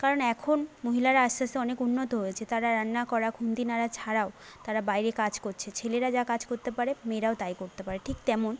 কারণ এখন মহিলারা আস্তে আস্তে অনেক উন্নত হয়েছে তারা রান্না করা খুন্তি নাড়া ছাড়াও তারা বাইরে কাজ করছে ছেলেরা যা কাজ করতে পারে মেয়েরাও তাই করতে পারে ঠিক তেমন